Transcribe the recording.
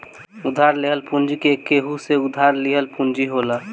उधार लेहल पूंजी केहू से उधार लिहल पूंजी होला